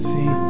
See